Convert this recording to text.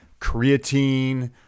creatine